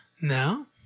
No